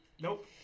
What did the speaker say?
Nope